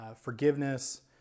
forgiveness